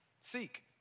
Seek